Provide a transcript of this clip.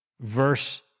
verse